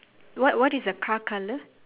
what what is the car colour